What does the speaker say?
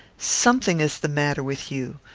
something is the matter with you.